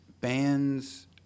bands